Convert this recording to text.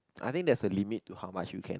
I think there's a limit to how much you can